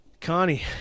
Connie